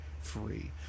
free